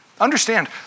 Understand